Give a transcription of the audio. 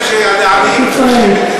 מדקלמים לכם שעניים צריכים מדינה חזקה,